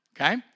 okay